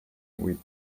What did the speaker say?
with